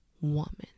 woman